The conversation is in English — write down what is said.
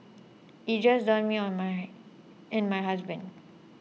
it just dawned me on my and my husband